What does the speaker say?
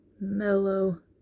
mellow